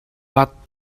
but